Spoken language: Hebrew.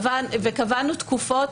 וקבענו תקופות,